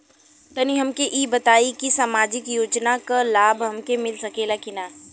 तनि हमके इ बताईं की सामाजिक योजना क लाभ हमके मिल सकेला की ना?